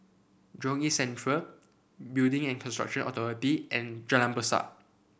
Jurong East Central Building and Construction Authority and Jalan Besar